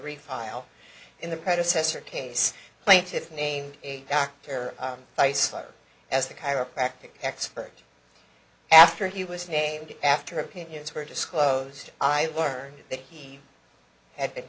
refile in the predecessor case plaintiffs named a doctor i cited as the chiropractic expert after he was named after opinions were disclosed i learned that he had been